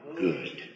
good